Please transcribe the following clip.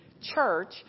church